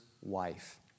wife